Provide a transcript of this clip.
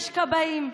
יש כבאים,